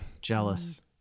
Jealous